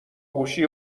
گوشی